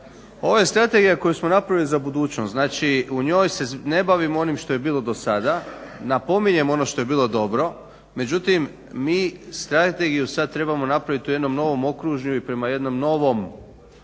Ovo je strategija koju smo napravili za budućnost, znači u njoj se ne bavimo onim što je bilo do sada, napominjem, ono što je bilo dobro, međutim mi strategiju sada trebamo napraviti u jednom novom okružju i prema jednoj novoj